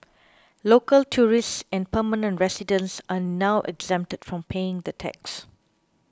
local tourists and permanent residents are now exempted from paying the tax